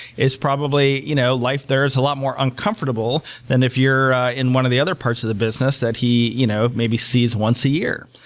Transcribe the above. probably, you know life there is a lot more uncomfortable than if you're in one of the other parts of the business that he you know maybe sees once a year.